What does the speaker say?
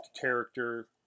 character